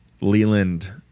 Leland